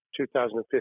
2015